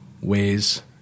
ways